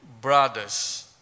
brothers